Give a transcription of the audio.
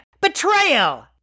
Betrayal